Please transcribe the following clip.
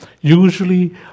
usually